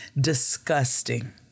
disgusting